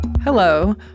Hello